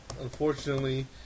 unfortunately